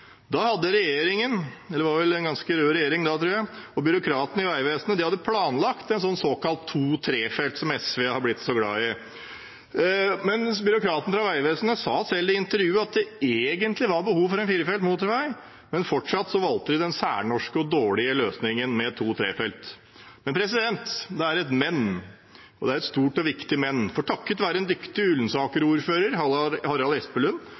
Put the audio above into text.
Da hadde regjeringen – det var vel en ganske rød regjering da, tror jeg – og byråkratene i Vegvesenet planlagt en såkalt to-/trefelts, som SV har blitt så glad i. Byråkratene fra Vegvesenet sa selv i intervjuet at det egentlig var behov for en firefelts motorvei, men fortsatt valgte de den særnorske, dårlige løsningen med to-/trefelts. Det er et men, og et stort og viktig men, for takket være en dyktig Ullensaker-ordfører, Harald Espelund,